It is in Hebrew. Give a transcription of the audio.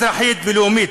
אזרחית ולאומית.